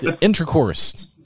intercourse